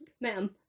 Ma'am